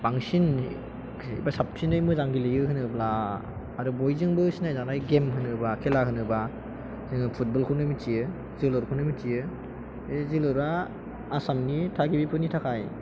बांसिन एबा साबसिनै मोजां गेलेयो आरो बयजोंबो सिनाय जानाय गेम होनोब्ला एबा खेला होनोब्ला जों फुटबलखौनो मिथियो जोलुरखौनो मिथियो बे जोलुरा आसामनि थागिबिफोरनि थाखाय